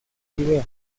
idea